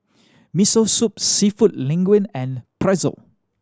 Miso Soup Seafood Linguine and Pretzel